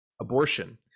abortion